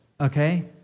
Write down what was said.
Okay